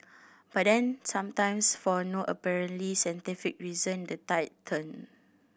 but then sometimes for no apparently scientific reason the tide turn